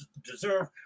deserve